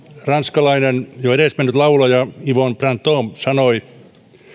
ranskalainen jo edesmennyt laulaja yvonne printemps sanoi